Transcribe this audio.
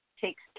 takes